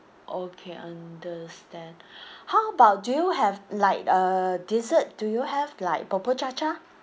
okay understand how about do you have like uh dessert do you have like bubur cha cha